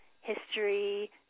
history